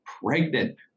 pregnant